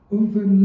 over